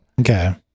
okay